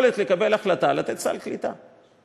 יכולת לקבל החלטה לתת סל קליטה.